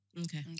Okay